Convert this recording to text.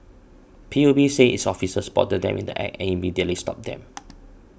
P U B said its officers spotted them in the Act and immediately stopped them